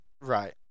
Right